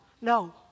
No